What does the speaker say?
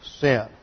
sin